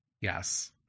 yes